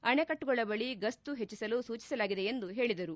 ಅಣೆಕಟ್ಟುಗಳ ಬಳಿ ಗಸ್ತು ಹೆಚ್ಚಿಸಲು ಸೂಚಿಸಲಾಗಿದೆ ಎಂದು ಹೇಳಿದರು